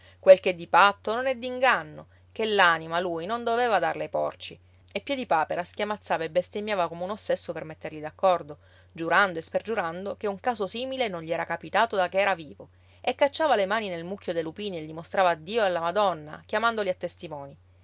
iddio quel ch'è di patto non è d'inganno che l'anima lui non doveva darla ai porci e piedipapera schiamazzava e bestemmiava come un ossesso per metterli d'accordo giurando e spergiurando che un caso simile non gli era capitato da che era vivo e cacciava le mani nel mucchio dei lupini e li mostrava a dio e alla madonna chiamandoli a testimoni